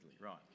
right